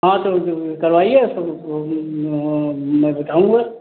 हाँ तो करवाइए सब मैं बताऊँगा